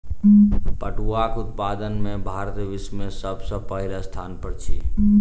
पटुआक उत्पादन में भारत विश्व में सब सॅ पहिल स्थान पर अछि